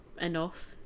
Enough